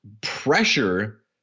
pressure